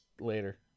Later